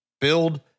Build